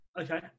Okay